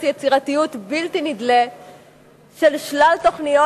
יצירתיות בלתי נדלה של שלל תוכניות,